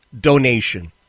donation